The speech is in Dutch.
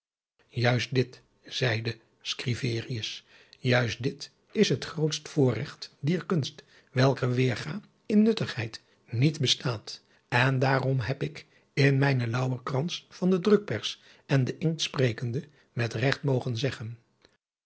juist dit zeide scriverius juist dit is het grootst voorregt dier kunst welker weerga in nuttigheid niet bestaat en daarom heb ik in mijnen lauwerkrans van de drukpers en de inkt sprekende met regt mogen zeggen